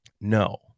no